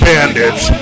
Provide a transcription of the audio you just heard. Bandits